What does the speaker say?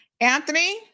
Anthony